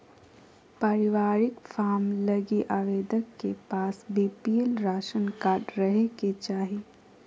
पारिवारिक फार्म लगी आवेदक के पास बीपीएल राशन कार्ड रहे के चाहि